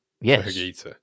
Yes